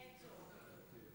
אין צורך.